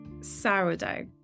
sourdough